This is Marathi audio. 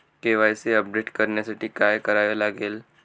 के.वाय.सी अपडेट करण्यासाठी काय करावे लागेल?